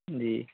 جی